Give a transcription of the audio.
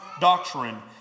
doctrine